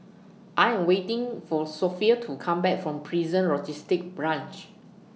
I Am waiting For Sophie to Come Back from Prison Logistic Branch